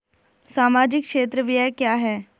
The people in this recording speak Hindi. सामाजिक क्षेत्र व्यय क्या है?